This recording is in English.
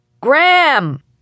Graham